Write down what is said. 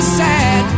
sad